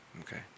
Okay